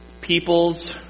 People's